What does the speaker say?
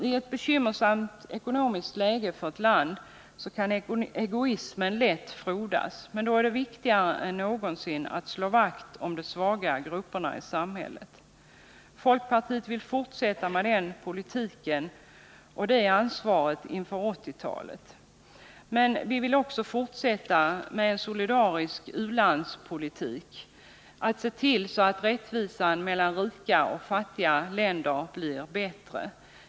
I ett bekymmersamt ekonomiskt läge för ett land kan egoismen lätt frodas. Då är det viktigare än någonsin att slå vakt om de svaga grupperna i samhället. Folkpartiet vill fortsätta med den politiken och det ansvaret in på 1980-talet. Men vi vill också fortsätta med en solidarisk u-landspolitik och se till att rättvisan mellan rika och fattiga länder blir bättre.